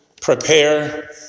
prepare